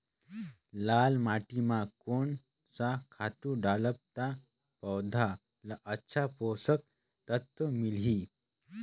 लाल माटी मां कोन सा खातु डालब ता पौध ला अच्छा पोषक तत्व मिलही?